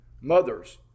mothers